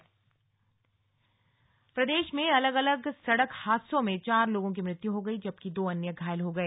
दुर्घटनाएं प्रदेश में अलग अलग सड़क हादसों में चार लोगों की मृत्यु हो गई जबकि दो अन्य घायल हो गए